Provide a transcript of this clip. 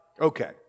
Okay